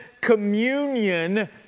communion